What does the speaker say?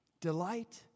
Delight